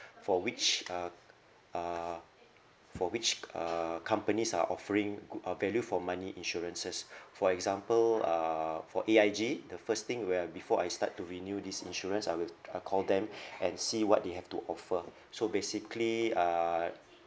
for which uh uh for which uh companies are offering uh value for money insurances for example uh for A_I_G the first thing where before I start to renew this insurance I will I'll call them and see what they have to offer so basically uh